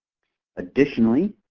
additionally,